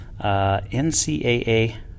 NCAA